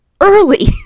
early